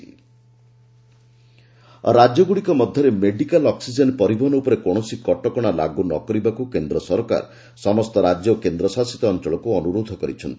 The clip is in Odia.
ସେଣ୍ଟର ଷ୍ଟେଟ୍ ରାଜ୍ୟଗୁଡ଼ିକ ମଧ୍ୟରେ ମେଡିକାଲ୍ ଅକ୍ଟିକେନ୍ ପରିବହନ ଉପରେ କୌଣସି କଟକଣା ଲାଗୁ ନ କରିବାକୁ କେନ୍ଦ୍ର ସରକାର ସମସ୍ତ ରାଜ୍ୟ ଓ କେନ୍ଦ୍ରଶାସିତ ଅଞ୍ଚଳଗୁଡ଼ିକୁ ଅନୁରୋଧ କରିଛନ୍ତି